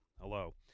Hello